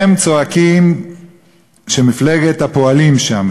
והם צועקים שמפלגת הפועלים שם,